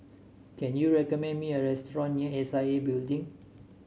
can you recommend me a restaurant near S I A Building